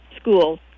school